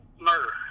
murder